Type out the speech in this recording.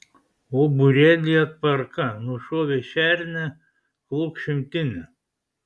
o būrelyje tvarka nušovei šernę klok šimtinę